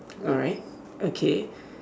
alright okay